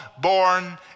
born